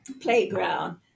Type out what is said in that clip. playground